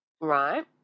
Right